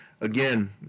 again